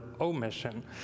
omission